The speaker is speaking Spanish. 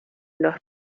los